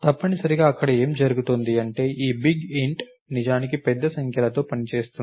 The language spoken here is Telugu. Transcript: తప్పనిసరిగా అక్కడ ఏమి జరుగుతోంది అంటే ఈ బిగ్ Int నిజానికి పెద్ద సంఖ్య ల తో పనిచేస్తోంది